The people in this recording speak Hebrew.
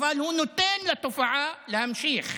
אבל הוא נותן לתופעה להמשיך.